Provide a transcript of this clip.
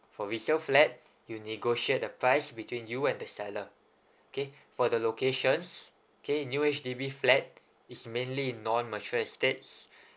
for resale flat you negotiate the price between you and the seller okay for the locations okay new H_D_B flat it's mainly in non mature estates